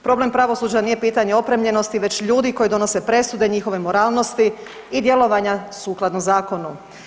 Problem pravosuđa nije pitanje opremljenosti već ljudi koji donose presude, njihove moralnosti i djelovanja sukladno zakonu.